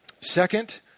Second